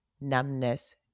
numbness